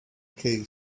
case